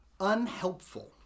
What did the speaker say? unhelpful